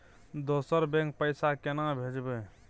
दोसर बैंक पैसा केना भेजबै?